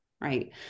right